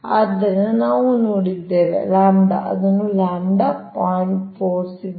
ಆದ್ದರಿಂದ ನಾವು ನೋಡಿದ್ದೇವೆ λ ಅದನ್ನು λ 0